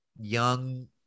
young